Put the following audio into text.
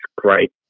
great